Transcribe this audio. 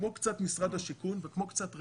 כמו קצת משרד השיכון וכמו קצת רמ"י,